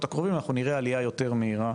הקרובים אנחנו נראה עלייה יותר מהירה